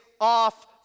off